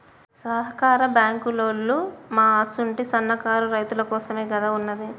సహకార బాంకులోల్లు మా అసుంటి సన్నకారు రైతులకోసమేగదా ఉన్నది